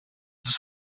dos